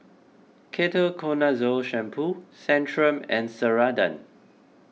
Ketoconazole Shampoo Centrum and Ceradan